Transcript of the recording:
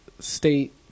state